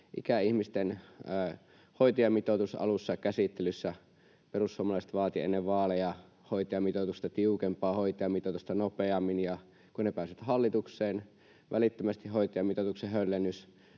ikäihmisten hoitajamitoitus alussa käsittelyssä. Perussuomalaiset vaati ennen vaaleja hoitajamitoitusta, tiukempaa hoitajamitoitusta, nopeammin, ja kun ne pääsivät hallitukseen, niin välittömästi hoitajamitoituksen höllennys,